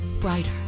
brighter